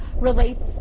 relates